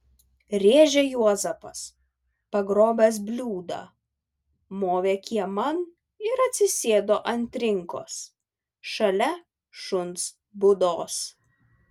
rėžė juozapas pagrobęs bliūdą movė kieman ir atsisėdo ant trinkos šalia šuns būdos